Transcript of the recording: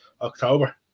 October